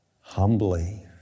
humbly